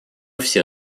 все